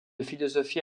philosophie